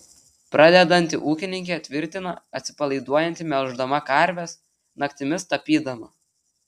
pradedanti ūkininkė tvirtina atsipalaiduojanti melždama karves naktimis tapydama